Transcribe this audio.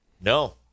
No